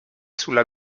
sulla